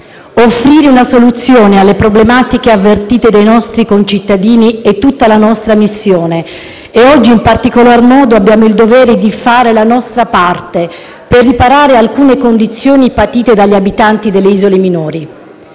Offrire una soluzione alle problematiche avvertite dai nostri concittadini è tutta la nostra missione e oggi, in particolar modo, abbiamo il dovere di fare la nostra parte per riparare alcune condizioni patite dagli abitanti delle isole minori.